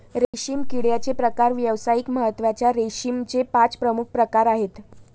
रेशीम किड्याचे प्रकार व्यावसायिक महत्त्वाच्या रेशीमचे पाच प्रमुख प्रकार आहेत